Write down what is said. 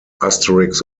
asterix